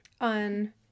on